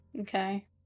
okay